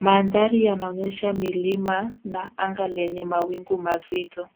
Mandhari yanaonyesha milima na anga yenye mawingu mazito.